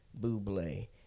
buble